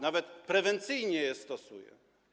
Nawet prewencyjnie je stosuje.